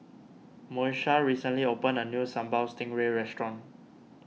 Moesha recently opened a new Sambal Stingray restaurant